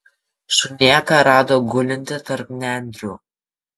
šunėką rado gulintį tarp nendrių